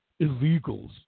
illegals